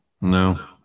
No